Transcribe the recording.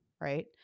right